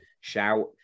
Shout